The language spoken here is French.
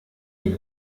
est